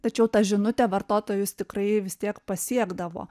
tačiau ta žinutė vartotojus tikrai vis tiek pasiekdavo